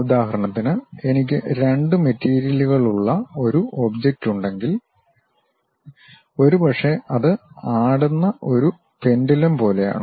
ഉദാഹരണത്തിന് എനിക്ക് രണ്ട് മെറ്റീരിയലുകളുള്ള ഒരു ഒബ്ജക്റ്റ് ഉണ്ടെങ്കിൽ ഒരുപക്ഷേ അത് ആടുന്ന ഒരു പെൻഡുലം പോലെയാണ്